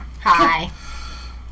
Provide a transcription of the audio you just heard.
Hi